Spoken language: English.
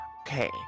Okay